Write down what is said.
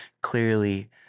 clearly